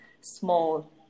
small